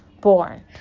Born